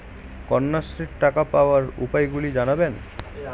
কন্যাশ্রীর টাকা পাওয়ার উপায়গুলি জানাবেন?